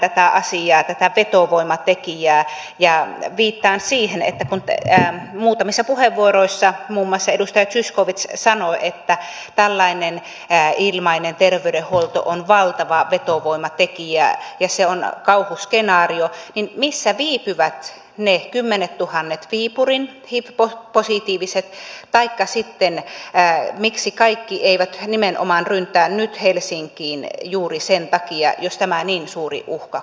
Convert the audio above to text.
edelleenkin penään tätä asiaa tätä vetovoimatekijää ja viittaan siihen että kun muutamissa puheenvuoroissa muun muassa edustaja zyskowicz sanoi että tällainen ilmainen terveydenhuolto on valtava vetovoimatekijä ja se on kauhuskenaario niin missä viipyvät ne kymmenettuhannet viipurin hiv positiiviset taikka sitten miksi kaikki eivät nimenomaan ryntää nyt helsinkiin juuri sen takia jos tämä niin suuri uhkakuva on